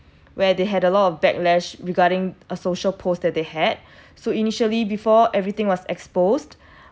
where they had a lot of backlash regarding a social post that they had so initially before everything was exposed